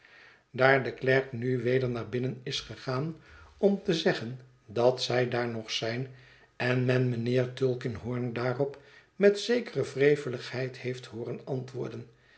daar de klerk nu weder naar binnen is gegaan om te zeggen dat zij daar nog zijn en men mijnheer tulkinghorn daarop met zekere wreveligheid heeft hooren antwoorden